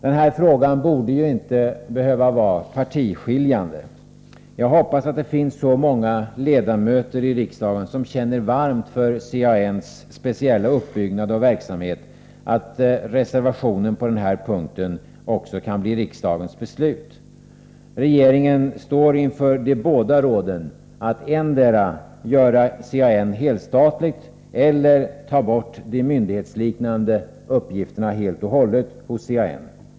Denna fråga borde inte behöva vara partiskiljande. Jag hoppas att det finns så många ledamöter i riksdagen som känner varmt för CAN:s speciella uppbyggnad och verksamhet att reservationen på den här punkten blir riksdagens beslut. Regeringen står inför råden att antingen göra CAN helstatligt eller ta bort CAN:s myndighetsliknande uppgifter helt och hållet.